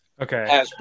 Okay